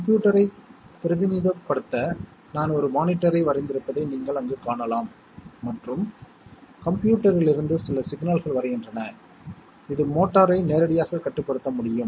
கடைசி நெடுவரிசையில் A B என்று எழுதியுள்ளோம் சில தன்னிச்சையான செயல்பாடுகள் A B என வரையறுக்கப்பட்டுள்ளன